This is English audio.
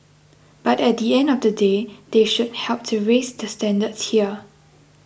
but at the end of the day they should help to raise the standards here